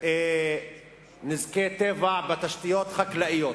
נזקי טבע בתשתיות חקלאיות,